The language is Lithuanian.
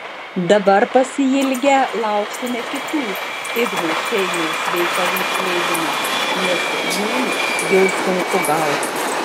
dabar pasiilgę lauksime kitų igno šeiniaus veikalų išleidimo nes jų jau sunku gauti